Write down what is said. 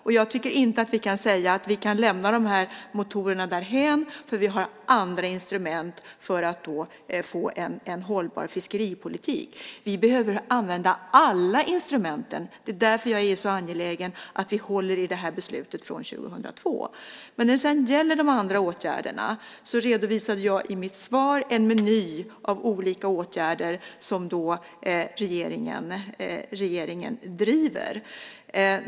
Och jag tycker inte att vi kan säga att vi kan lämna de här motorerna därhän för att vi har andra instrument för att få en hållbar fiskeripolitik. Vi behöver använda alla instrument. Det är därför som jag är så angelägen om att vi håller i det här beslutet från 2002. När det sedan gäller de andra åtgärderna redovisade jag i mitt svar en meny av olika åtgärder som regeringen driver.